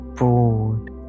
broad